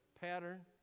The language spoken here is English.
pattern